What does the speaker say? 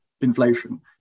inflation